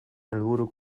helburu